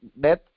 death